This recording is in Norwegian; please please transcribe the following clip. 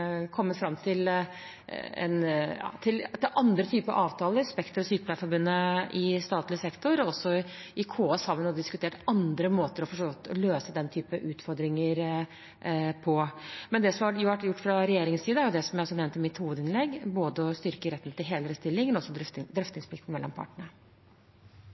Spekter og Sykepleierforbundet i statlig sektor og også i KS har man gått sammen og diskutert andre måter å løse den typen utfordringer på. Det som har vært gjort fra regjeringens side, som jeg også nevnte i mitt hovedinnlegg, er å styrke retten til hele stillinger og drøftingsplikten mellom partene.